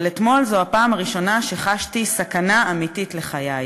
אבל אתמול זו הפעם הראשונה שחשתי סכנה אמיתית לחיי.